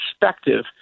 perspective